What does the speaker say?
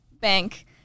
bank